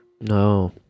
No